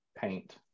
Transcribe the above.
paint